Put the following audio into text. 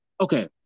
okay